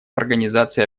организации